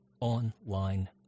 online